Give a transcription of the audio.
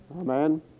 Amen